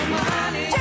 money